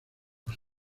los